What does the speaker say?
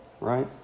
right